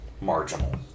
marginal